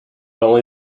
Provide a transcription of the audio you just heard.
only